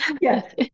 Yes